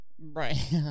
right